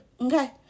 okay